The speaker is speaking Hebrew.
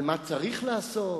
על מה צריך לעשות,